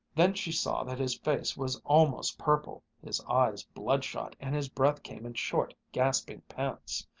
then she saw that his face was almost purple, his eyes bloodshot, and his breath came in short, gasping pants.